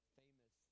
famous